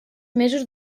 mesos